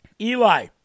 Eli